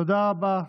תודה רבה.